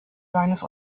seines